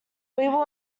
will